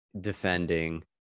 defending